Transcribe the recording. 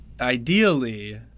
ideally